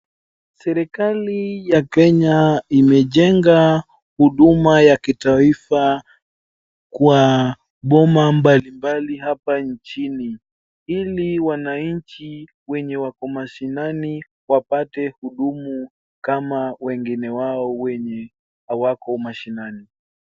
Serikali ya Kenya imejenga huduma ya kitaifa kwa boma mbalimbali hapa nchini ili wananchi wenye wako mashinani wapate huduma kama wengine wao wenye hawako mashinani.